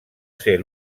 ser